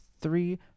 three